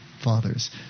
fathers